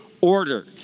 order